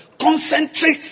concentrate